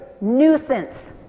nuisance